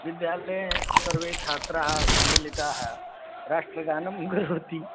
विद्यालये सर्वे छात्राः सम्मिलिताः राष्ट्रगानं करोति